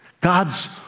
God's